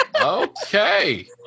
Okay